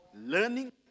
learning